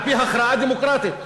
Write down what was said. על-פי הכרעה דמוקרטית.